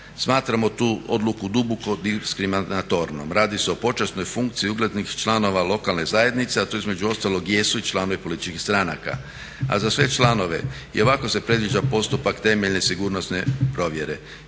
Smatramo tu odluku duboko diskriminatornom. Radi se o počasnoj funkciji uglednih članova lokalne zajednice, a to između ostalog jesu i članovi političkih stranaka. A za sve članove i ovako se predviđa postupak temeljne sigurnosne provjere.